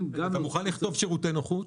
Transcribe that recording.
אתה מוכן לכתוב "שירותי נוחות"?